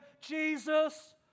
Jesus